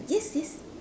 yes yes